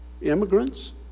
Immigrants